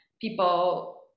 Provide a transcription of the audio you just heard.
people